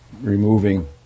removing